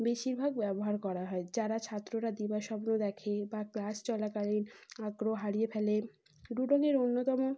বেশিরভাগ ব্যবহার করা হয় যারা ছাত্ররা দিবাস্বপ্ন দেখে বা ক্লাস চলাকালীন আগ্রহ হারিয়ে ফেলে ডুডলের অন্যতম